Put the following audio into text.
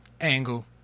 angle